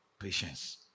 patience